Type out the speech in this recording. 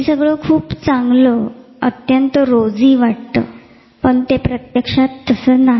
हे सगळे खूप चांगले रोजी वाटते पण ते तसे नाही